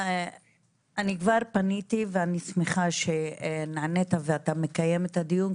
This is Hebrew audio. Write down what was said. אני שמחה שנענית ואתה מקיים את הדיון,